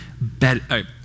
better